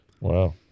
Wow